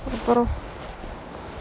அப்புறம்:appuram